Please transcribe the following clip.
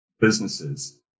businesses